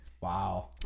Wow